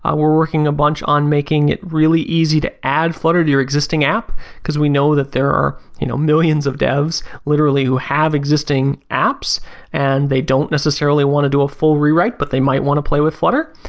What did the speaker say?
are working a bunch on making it really easy to add flutter to your existing app because we know that there are you know millions of devs literally who have existing apps and they don't necessarily want to do a full rewrite, but they might want to work with flutter.